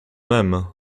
même